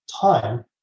time